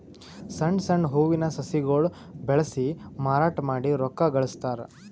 ಸಣ್ಣ್ ಸಣ್ಣ್ ಹೂವಿನ ಸಸಿಗೊಳ್ ಬೆಳಸಿ ಮಾರಾಟ್ ಮಾಡಿ ರೊಕ್ಕಾ ಗಳಸ್ತಾರ್